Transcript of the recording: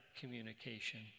communication